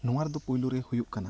ᱱᱚᱣᱟ ᱨᱮ ᱫᱚ ᱯᱩᱭᱞᱩ ᱨᱮ ᱦᱩᱭᱩᱜ ᱠᱟᱱᱟ